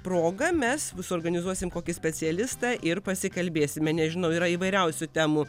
proga mes suorganizuosim kokį specialistą ir pasikalbėsime nežinau yra įvairiausių temų